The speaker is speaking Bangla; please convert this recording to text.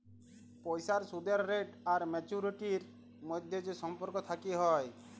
পইসার সুদের রেট আর ম্যাচুয়ারিটির ম্যধে যে সম্পর্ক থ্যাকে হ্যয়